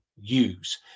use